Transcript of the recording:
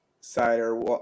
Cider